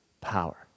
power